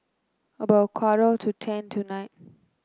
about a quarter to ten tonight